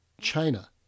China